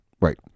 Right